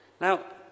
Now